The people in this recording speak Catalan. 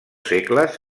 segles